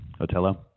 Otello